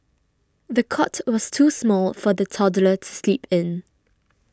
the cot was too small for the toddler to sleep in